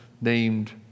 named